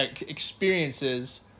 experiences